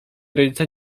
rodzice